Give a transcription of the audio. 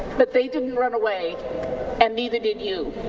but they didn't run away and neither did you.